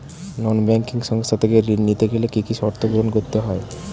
নন banking সংস্থা থেকে ঋণ নিতে গেলে কি কি শর্ত পূরণ করতে হয়?